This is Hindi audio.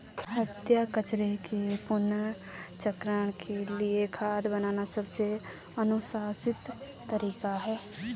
खाद्य कचरे के पुनर्चक्रण के लिए खाद बनाना सबसे अनुशंसित तरीका है